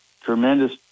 tremendous